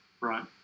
Right